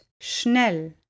schnell